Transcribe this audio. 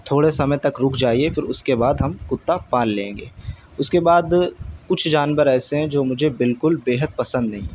تھوڑے سمے تک رک جائیے پھر اس کے بعد ہم کتا پال لیں گے اس کے بعد کچھ جانور ایسے ہیں جو مجھے بالکل بےحد پسند نہیں ہیں